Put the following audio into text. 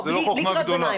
זו לא חוכמה גדולה.